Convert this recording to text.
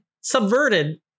subverted